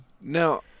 Now